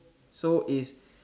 so is